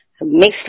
mixed